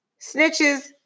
Snitches